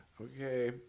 Okay